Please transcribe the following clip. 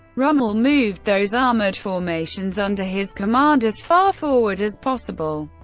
rommel moved those armoured formations under his command as far forward as possible,